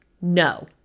no